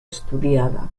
estudiada